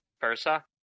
versa